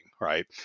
right